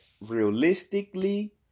realistically